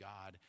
God